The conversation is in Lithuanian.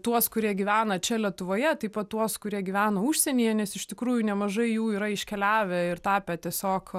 tuos kurie gyvena čia lietuvoje taip pat tuos kurie gyvena užsienyje nes iš tikrųjų nemažai jų yra iškeliavę ir tapę tiesiog